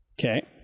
okay